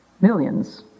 millions